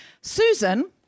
Susan